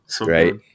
right